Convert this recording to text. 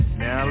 now